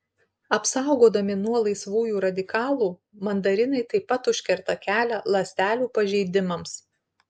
apsaugodami nuo laisvųjų radikalų mandarinai taip pat užkerta kelią ląstelių pažeidimams